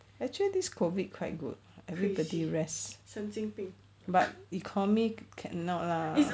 actually this COVID quite good but economy cannot lah